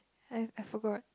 I I forgot